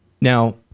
Now